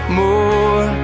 more